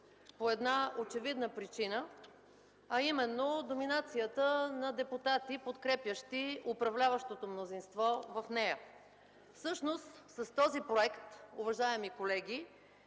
по една очевидна причина, а именно доминацията на депутати, подкрепящи управляващото мнозинство в нея. Всъщност с този проект, уважаеми колеги,